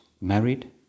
married